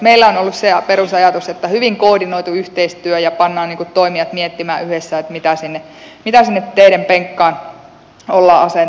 meillä on ollut se perusajatus että hyvin koordinoitu yhteistyö ja pannaan toimijat miettimään yhdessä mitä sinne teiden penkkaan ollaan asentamassa